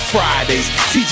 Fridays